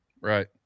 Right